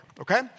Okay